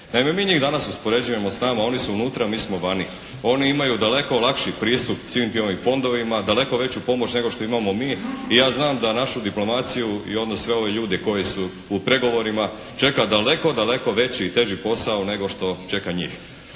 mi njih danas uspoređujemo s nama. Oni su unutra, a mi smo vani. Oni imaju daleko lakši pristup svim tim fondovima, daleko veću pomoć nego što imamo mi i ja znam da našu diplomaciju i onda sve ove ljude koji su u pregovorima čeka daleko, daleko veći i teži posao nego što čeka njih.